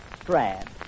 Strad